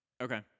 Okay